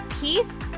peace